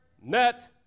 net